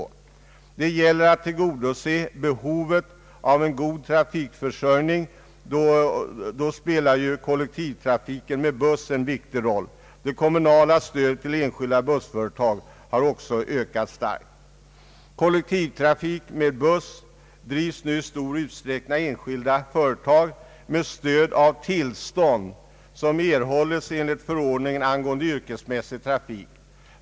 Då det gäller att tillgodose behovet av en god trafikförsörjning, spelar kollektivtrafiken med buss en viktig roll. Det kommunala stödet till enskilda bussföretag har också ökat starkt. Kollektivtrafik med buss drivs nu i stor utsträckning av enskilda företag med stöd av tillstånd som erhållits enligt förordningen ang. yrkesmässig trafik.